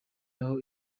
aho